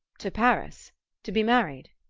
to paris to be married.